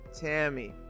Tammy